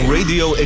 Radio